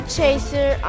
Chaser